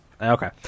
Okay